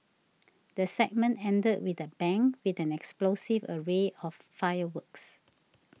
the segment ended with the bang with an explosive array of fireworks